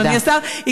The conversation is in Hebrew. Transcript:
אדוני השר.